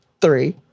Three